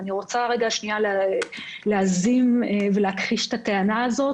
אני רוצה להזים ולהכחיש את הטענה הזאת.